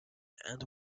and